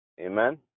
Amen